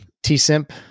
t-simp